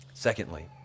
Secondly